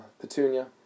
Petunia